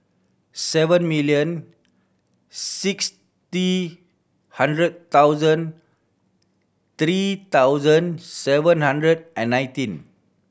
seven million sixty hundred thousand three thousand seven hundred and nineteen